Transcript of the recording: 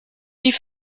die